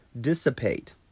dissipate